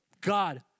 God